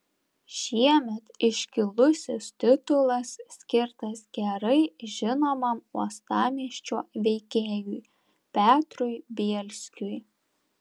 šiemet iškilusis titulas skirtas gerai žinomam uostamiesčio veikėjui petrui bielskiui